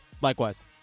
Likewise